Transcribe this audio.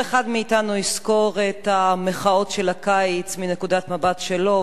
כל אחד מאתנו יזכור את המחאות של הקיץ מנקודת המבט שלו,